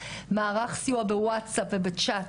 מערך סיוע בווטסאפ ובצ'ט,